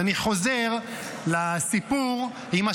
זאת התשובה לאלה